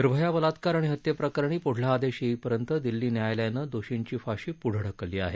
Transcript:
निर्भया बलात्कार अणि हत्येप्रकरणी पुढला आदेश येईपर्यंत दिल्ली न्यायालयानं दोषींची फाशी पुढं ढकलली आहे